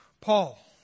Paul